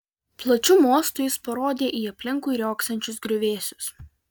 plačiu mostu jis parodė į aplinkui riogsančius griuvėsius